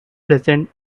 present